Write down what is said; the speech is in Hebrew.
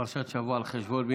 פרעה, היה לו פטנט: